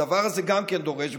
הדבר הזה גם כן דורש,